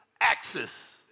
axis